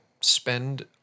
spend